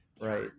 Right